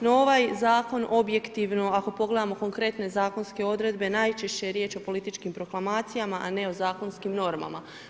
No ovaj zakon objektivno, ako pogledamo konkretne zakonske odredbe najčešće je riječ o političkim proklamacijama, a ne o zakonskim normama.